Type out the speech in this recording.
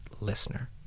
listener